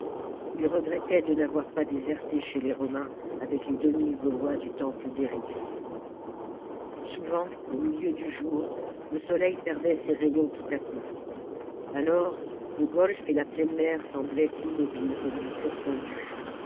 il regrettait de n'avoir pas déserté chez les romains avec les deux mille gaulois du temple d rixe souvent au milieu du jour le soleil perdait ses rayons tout à coup alors le golfe et la pleine mer semblaient immobiles comme du plomb fondu